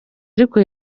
ariko